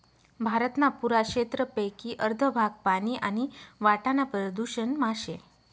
भारतना पुरा क्षेत्रपेकी अर्ध भाग पानी आणि वाटाना प्रदूषण मा शे